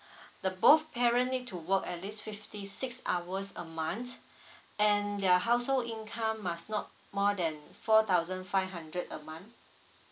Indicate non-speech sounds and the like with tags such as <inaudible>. <breath> the both parent need to work at least fifty six hours a month <breath> and their household income must not more than four thousand five hundred a month